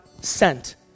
sent